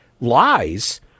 lies